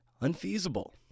unfeasible